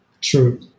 True